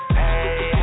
hey